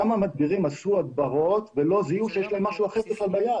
כמה מדבירים עשו הדברות ולא זיהו שיש להם משהו אחר ביד.